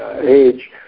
age